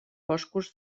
boscos